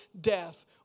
death